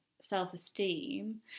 self-esteem